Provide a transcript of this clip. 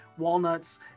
walnuts